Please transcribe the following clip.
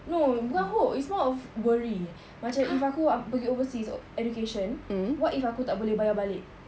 no bukan hope it's more of worry macam if aku pergi overseas education what if aku tak boleh bayar balik